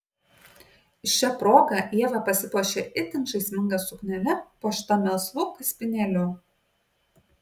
šia proga ieva pasipuošė itin žaisminga suknele puošta melsvu kaspinėliu